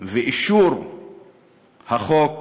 ואישור החוק